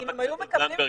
חברת הכנסת זנדברג,